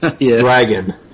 Dragon